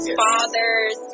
fathers